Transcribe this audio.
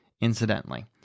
Incidentally